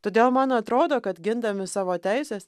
todėl man atrodo kad gindami savo teises